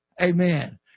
Amen